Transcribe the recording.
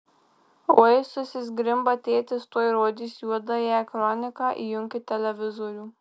oi susizgrimba tėtis tuoj rodys juodąją kroniką įjunkit televizorių